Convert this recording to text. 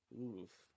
oof